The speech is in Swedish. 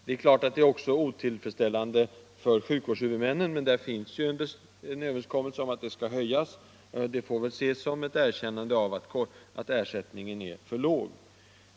Ersättningen är otillfredsställande också för sjukvårdshuvudmännen, men på den punkten finns det ju en överenskommelse om en höjning, och det får väl ses som ett erkännande av att ersättningen är för låg.